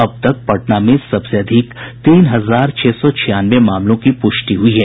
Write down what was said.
अब तक पटना में सबसे अधिक तीन हजार छह सौ छियानवे मामलों की पुष्टि हुई है